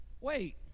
wait